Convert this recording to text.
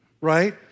right